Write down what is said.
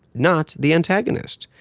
not the antagonist.